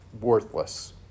worthless